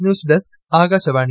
news desk Akashvani